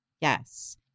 Yes